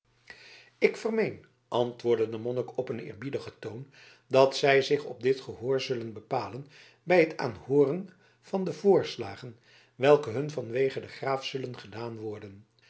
ik vermeen antwoordde de monnik op een eerbiedigen toon dat zij zich op dit gehoor zullen bepalen bij het aanhooren van de voorslagen welke hun vanwege den graaf zullen gedaan worden